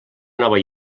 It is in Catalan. nova